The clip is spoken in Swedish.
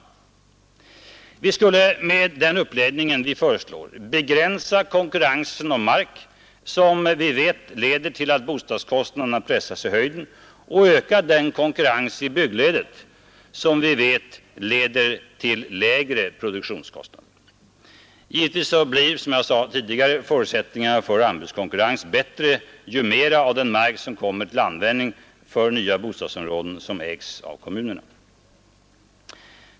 Vi skulle med den uppläggning vi föreslår begränsa konkurrensen om mark, som vi vet leder till att boendekostnaderna pressas i höjden, och öka den konkurrens i byggledet som vi vet leder till lägre produktionskostnader. Givetvis blir, som jag sade tidigare, förutsättningarna för anbudskonkurrens bättre ju mera av den mark som kommer till användning för nya bostadsområden ägs av kommunerna.